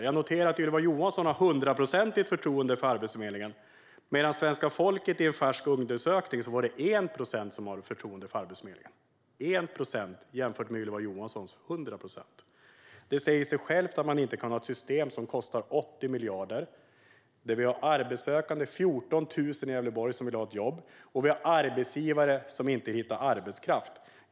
Jag noterar att Ylva Johansson har hundraprocentigt förtroende för Arbetsförmedlingen, medan det enligt en färsk undersökning var 1 procent av svenska folket som hade förtroende för Arbetsförmedlingen. Det säger sig självt att man inte kan ha ett system som kostar 80 miljarder, där vi har 14 000 arbetssökande i Gävleborg och samtidigt arbetsgivare som inte hittar arbetskraft.